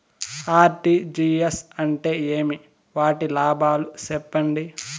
RTGS అంటే ఏమి? వాటి లాభాలు సెప్పండి?